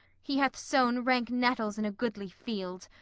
he hath sown rank nettles in a goodly field,